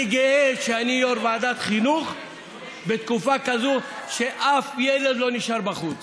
אני גאה שאני יו"ר ועדת חינוך בתקופה כזאת שאף ילד לא נשאר בחוץ.